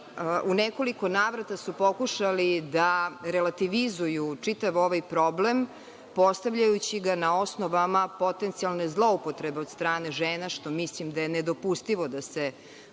u nekoliko navrata su pokušali da relativizuju čitav ovaj problem, postavljajući ga na osnovama potencijalne zloupotrebe od strane žena, što mislim da je nedopustivo da se